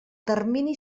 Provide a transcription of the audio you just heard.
termini